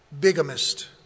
bigamist